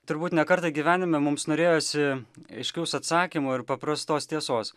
turbūt ne kartą gyvenime mums norėjosi aiškaus atsakymo ir paprastos tiesos